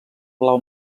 blau